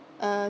uh